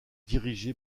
dirigé